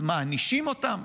אז מענישים אותם: